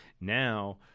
Now